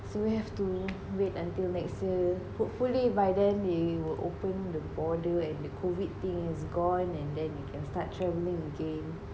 so you have to wait until next year hopefully by then they will open the border and the COVID thing is gone and then we can start traveling again